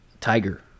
tiger